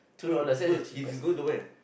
he's go to where